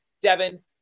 Devin